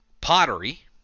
pottery